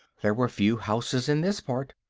there were few houses in this part,